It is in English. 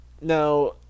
now